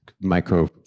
micro